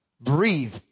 Breathe